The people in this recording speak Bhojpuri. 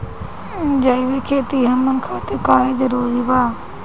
जैविक खेती हमन खातिर काहे जरूरी बा?